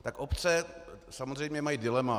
Tak obce samozřejmě mají dilema.